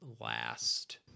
last